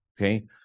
Okay